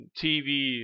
TV